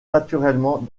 naturellement